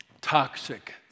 toxic